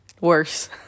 Worse